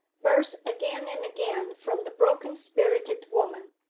burst again and again from the broken-spirited woman.